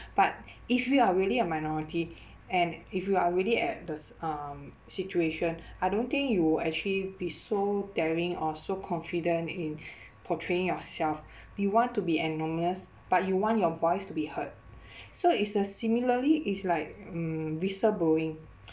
but if you are really a minority and if you are really at the s~ um situation I don't think you will actually be so daring or so confident in portraying yourself you want to be but you want your voice to be heard so is the similarly is like mm whistleblowing